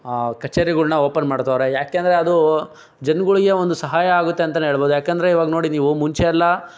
ಕಚೇರಿಗಳ್ನ open ಮಾಡ್ತಾವ್ರೆ ಯಾಕಂದರೆ ಅದು ಜನ್ಗಳ್ಗೆ ಒಂದು ಸಹಾಯ ಆಗತ್ತೆ ಅಂತನೆ ಹೇಳ್ಬೋದು ಯಾಕಂದರೆ ಇವಾಗ ನೋಡಿ ನೀವು ಮುಂಚೆಯೆಲ್ಲ